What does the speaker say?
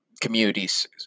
communities